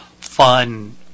fun